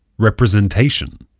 representation